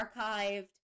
archived